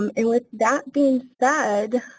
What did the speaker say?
um with that being said,